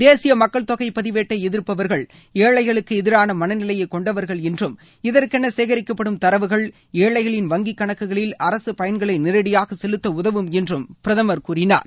தேசிய மக்கள் தொகை பதிவேட்டை எதிர்ப்பவர்கள் ஏழைகளுக்கு எதிரான மனநிலையை கொண்டவர்கள் என்றும் இதற்கௌ சேகரிக்கப்படும் தரவுகள் ஏழைகளின் வங்கிக் கணக்குகளில் அரசு பயன்களை நேரடியாக செலுத்த உதவும் என்றும் பிரதமர் கூறினார்